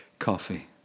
coffee